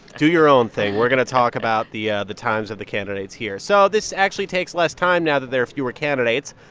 do your own thing. we're going to talk about the yeah the times of the candidates here. so this actually takes less time now that there are fewer candidates.